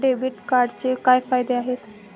Debit कार्डचे काय फायदे आहेत?